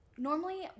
Normally